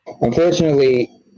Unfortunately